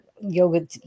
yoga